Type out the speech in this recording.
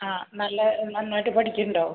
ആ നല്ല നന്നായിട്ട് പഠിക്കുന്നുണ്ടോ